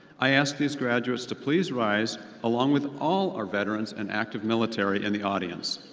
i ask these graduates to please rise along with all our veterans and active military in the audience.